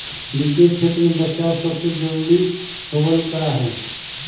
वित्तीय क्षेत्र में बचाव सबसे जरूरी होबल करा हई